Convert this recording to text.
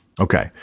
okay